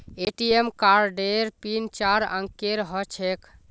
ATM कार्डेर pin चार अंकेर ह छेक